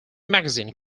magazine